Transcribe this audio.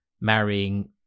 marrying